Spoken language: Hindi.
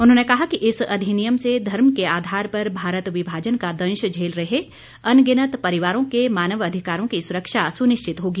उन्होंने कहा कि इस अधिनियम से धर्म के आधार पर भारत विभाजन का दंश झेल रहे अनगिनत परिवारों के मानव अधिकारों की सुरक्षा सुनिश्चित होगी